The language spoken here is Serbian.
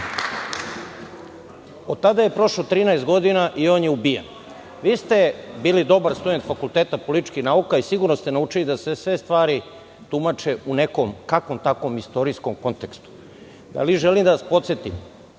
Od tada je prošlo 13 godina i on je ubijen. Vi ste bili dobar student Fakulteta političkih nauka i sigurno ste naučili da se sve stvari tumače u nekom, kakvom takvom, istorijskom kontekstu, ali želim da vas podsetim